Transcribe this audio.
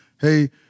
Hey